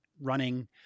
running